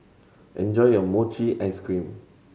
enjoy your mochi ice cream